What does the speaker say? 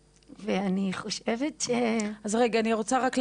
אז רגע, אני רוצה רק להבין.